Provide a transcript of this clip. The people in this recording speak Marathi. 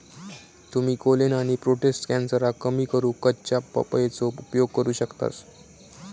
तुम्ही कोलेन आणि प्रोटेस्ट कॅन्सरका कमी करूक कच्च्या पपयेचो उपयोग करू शकतास